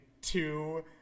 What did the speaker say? two